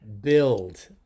build